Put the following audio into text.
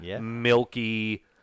milky